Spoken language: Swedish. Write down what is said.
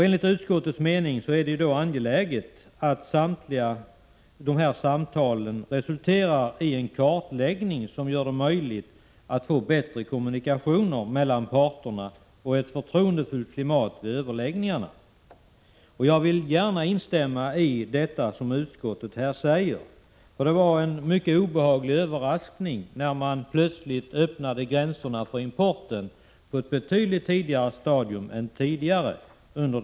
Enligt utskottets mening är det angeläget att de här samtalen resulterar i en kartläggning som gör det möjligt att få bättre kommunikationer mellan parterna och ett förtroendefullt klimat vid överläggningarna. Jag vill gärna instämma i det som utskottet säger, för det var en mycket obehaglig överraskning när man under den gångna säsongen plötsligt öppnade gränserna för importen på ett betydligt tidigare stadium än förr.